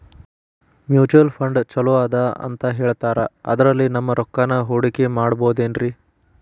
Mutual fund ಛಲೋ ಅದಾ ಅಂತಾ ಹೇಳ್ತಾರ ಅದ್ರಲ್ಲಿ ನಮ್ ರೊಕ್ಕನಾ ಹೂಡಕಿ ಮಾಡಬೋದೇನ್ರಿ?